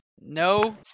No